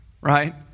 right